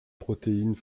protéine